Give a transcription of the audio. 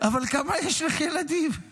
אבל כמה ילדים יש לך?